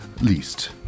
least